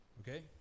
Okay